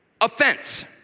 Offense